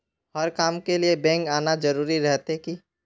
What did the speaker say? हर काम के लिए बैंक आना जरूरी रहते की?